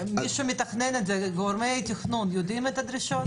מי שמתכנן את זה, גורמי תכנון יודעים את הדרישות?